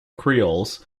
creoles